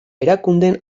erakundeen